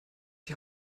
die